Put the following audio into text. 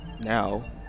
now